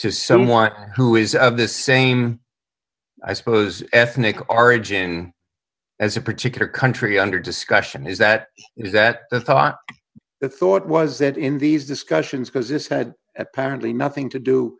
to someone who is of the same i suppose ethnic origin as a particular country under discussion is that is that i thought the thought was that in these discussions because this had apparently nothing to do